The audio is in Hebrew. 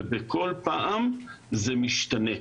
וכל פעם זה משתנה.